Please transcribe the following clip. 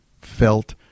felt